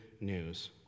news